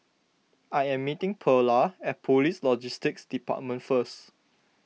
I am meeting Pearla at Police Logistics Department first